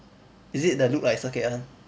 is it the look like circuit one